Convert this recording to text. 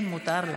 כן, מותר לה.